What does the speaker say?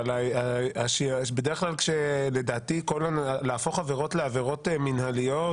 אבל לדעתי להפוך עבירות לעבירות מנהליות,